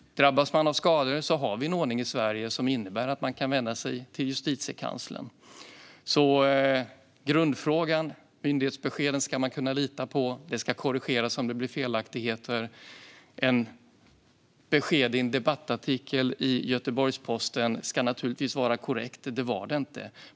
Drabbas man av skador har vi en ordning i Sverige som innebär att man kan vända sig till Justitiekanslern. Man ska kunna lita på myndighetsbesked, och de ska korrigeras om det blir felaktigheter. Ett besked i en debattartikel i Göteborgs-Posten ska givetvis vara korrekt, och det var det inte.